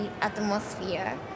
atmosphere